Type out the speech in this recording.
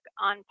on